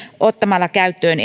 ottamalla käyttöön